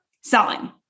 selling